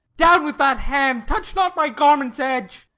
down with that hand! touch not my garment's edge!